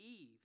Eve